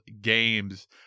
Games